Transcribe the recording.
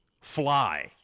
fly